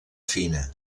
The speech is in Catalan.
fina